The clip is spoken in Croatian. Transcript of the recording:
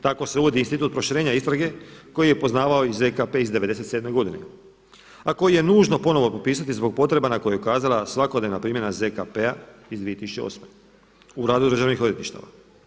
Tako se uvodi institut proširenja istrage koji je poznavao i ZKP iz '97. godine, a koji je nužno ponovno potpisati zbog potreba na koju je ukazala svakodnevna primjena ZKP-a iz 2008. u radu određenih odvjetništava.